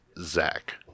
Zach